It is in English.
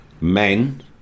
men